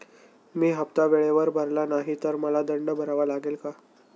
मी हफ्ता वेळेवर भरला नाही तर मला दंड भरावा लागेल का?